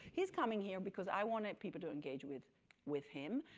he's coming here, because i wanted people to engage with with him.